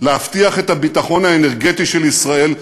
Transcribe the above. להבטיח את הביטחון האנרגטי של ישראל.